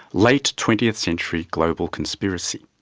late twentieth century global conspiracy.